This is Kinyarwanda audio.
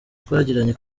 twagiranye